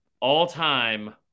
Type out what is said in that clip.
all-time